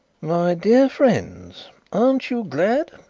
my dear friends aren't you glad?